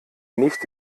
nicht